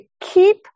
keep